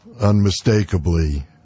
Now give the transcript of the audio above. unmistakably